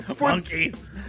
monkeys